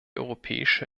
europäische